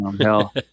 Hell